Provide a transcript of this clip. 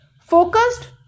focused